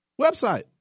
website